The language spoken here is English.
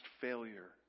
failure